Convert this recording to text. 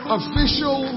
official